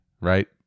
right